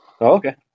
Okay